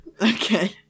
Okay